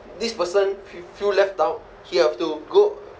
this person f~ feel left out he have to go